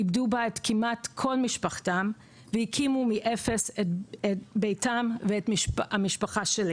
איבדו בה כמעט את כל משפחתם והקימו כמעט מאפס את המשפחה שלי.